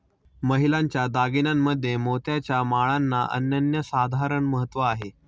महिलांच्या दागिन्यांमध्ये मोत्याच्या माळांना अनन्यसाधारण महत्त्व आहे